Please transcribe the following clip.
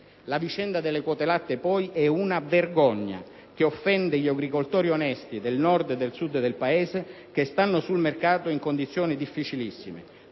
La vicenda delle quote latte poi è una vergogna che offende gli agricoltori onesti del Nord e del Sud del Paese, che stanno sul mercato in condizioni difficilissime.